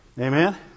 Amen